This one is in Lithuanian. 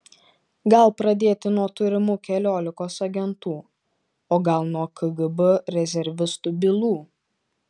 gal pradėti nuo turimų keliolikos agentų o gal nuo kgb rezervistų bylų